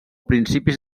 principis